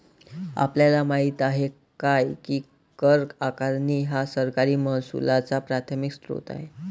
आपल्याला माहित आहे काय की कर आकारणी हा सरकारी महसुलाचा प्राथमिक स्त्रोत आहे